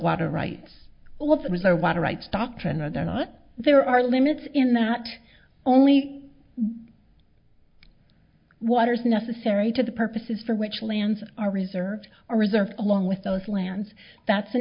water rights well so does our water rights doctrine are there not there are limits in that only water is necessary to the purposes for which lands are reserves or reserves along with those lands that's